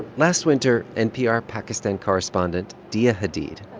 last winter, npr pakistan correspondent diaa hadid,